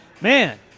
man